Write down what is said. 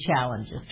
challenges